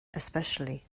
especially